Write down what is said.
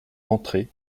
rentrer